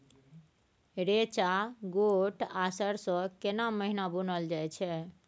रेचा, गोट आ सरसो केना महिना बुनल जाय छै?